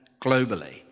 globally